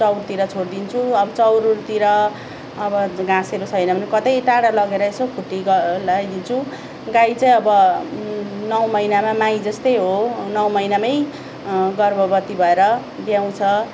चउरतिर छोड्दिन्छु अब चउरतिर अब घाँसहरू छैन भने कतै टाडा लगेर यसो खुट्टी ग लाइदिन्छु गाई चाहिँ अब नौ महिनामा माई जस्तै हो नौ महिनामै गर्भवती भएर ब्याउँछ